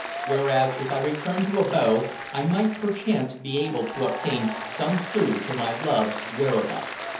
whereas if i returned to abo i might perchance be able to obtain some clue to my love's whereabouts.